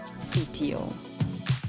CTO